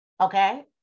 Okay